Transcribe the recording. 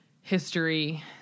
history